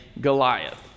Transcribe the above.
Goliath